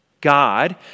God